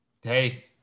Hey